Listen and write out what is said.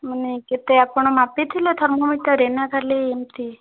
ମାନେ କେତେ ଆପଣ ମାପିଥିଲେ ଥର୍ମୋମିଟରରେ ନା ଖାଲି ଏମିତି